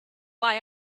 why